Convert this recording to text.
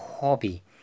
hobby